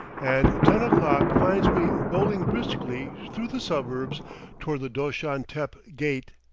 and ten o'clock finds me bowling briskly through the suburbs toward the doshan tepe gate,